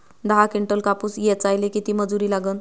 दहा किंटल कापूस ऐचायले किती मजूरी लागन?